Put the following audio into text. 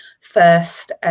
first